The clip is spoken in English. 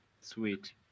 Sweet